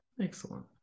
excellent